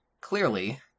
clearly